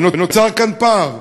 ונוצר כאן פער.